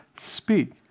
speak